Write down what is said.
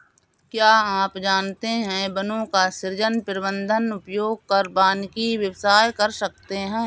क्या आप जानते है वनों का सृजन, प्रबन्धन, उपयोग कर वानिकी व्यवसाय कर सकते है?